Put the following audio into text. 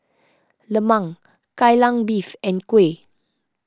Lemang Kai Lan Beef and Kuih